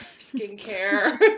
skincare